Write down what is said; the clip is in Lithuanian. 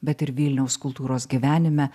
bet ir vilniaus kultūros gyvenime